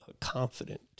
confident